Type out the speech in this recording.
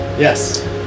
Yes